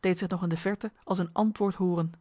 deed zich nog in de verte als een antwoord horen